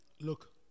Look